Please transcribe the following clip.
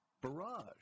barrage